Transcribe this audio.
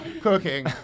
cooking